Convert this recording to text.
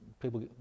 people